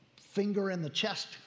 finger-in-the-chest